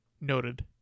Noted